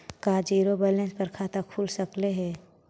का zero balance पर खाता खुल सकले हे?